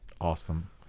Awesome